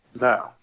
No